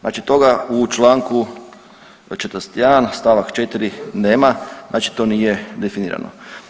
Znači toga u Članku 41. stavak 4. nema, znači to nije definirano.